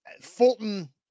Fulton